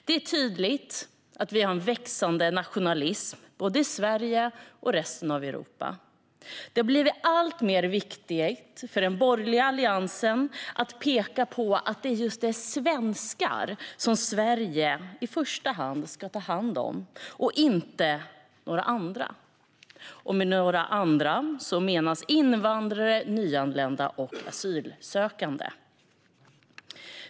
Det är tydligt att vi har en växande nationalism både i Sverige och i resten av Europa. Det har blivit alltmer viktigt för den borgerliga alliansen att peka på att det är just svenskar som Sverige i första hand ska ta hand om och inte några andra. Med några andra menas invandrare, nyanlända och asylsökande.